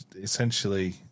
essentially